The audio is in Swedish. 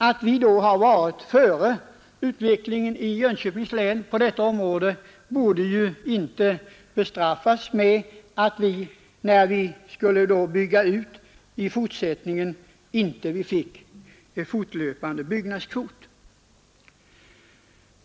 Att vi i Jönköpings län har varit före i utvecklingen på detta område borde ju inte bestraffas med att vi inte fick fortlöpande byggnadskvot då vi skulle bygga ut.